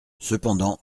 cependant